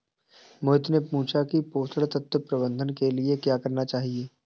मोहित ने पूछा कि पोषण तत्व प्रबंधन के लिए क्या करना चाहिए?